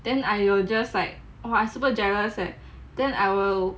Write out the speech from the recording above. then I just like !wah! I super jealous leh and then I will